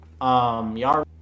y'all